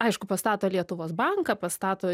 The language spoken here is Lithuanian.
aišku pastato lietuvos banką pastato